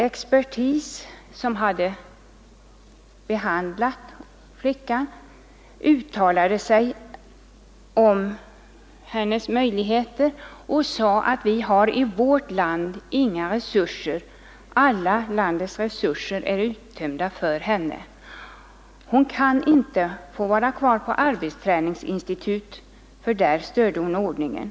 Expertis som hade behandlat flickan uttalade att alla landets resurser var uttömda för henne. Hon kunde inte få vara kvar på arbetsträningsinstitutet, för där störde hon ordningen.